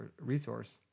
resource